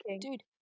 dude